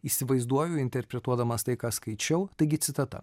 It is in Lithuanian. įsivaizduoju interpretuodamas tai ką skaičiau taigi citata